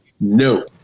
No